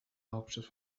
hauptstadt